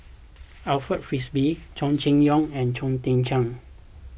Alfred Frisby Chow Chee Yong and Chong Tze Chien